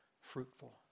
fruitful